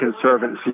Conservancy